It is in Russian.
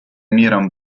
миром